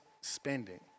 spending